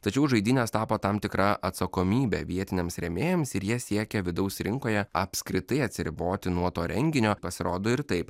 tačiau žaidynės tapo tam tikra atsakomybe vietiniams rėmėjams ir jie siekia vidaus rinkoje apskritai atsiriboti nuo to renginio pasirodo ir taip